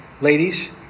Ladies